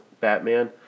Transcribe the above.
Batman